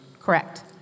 Correct